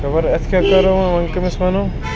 خبر اَتھ کیٛاہ کَرو ونۍ وَنہِ کٔمِس وَنو